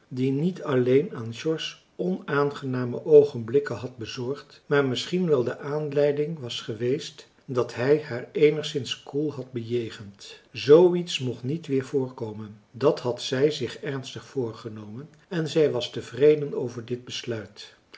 die niet alleen aan george onaangename oogenblikken had bezorgd maar misschien wel de aanleiding was geweest dat hij haar eenigszins koel had bejegend zoo iets mocht niet weer voorkomen dat had zij zich ernstig voorgenomen en zij was tevreden over dit besluit